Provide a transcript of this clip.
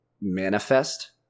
manifest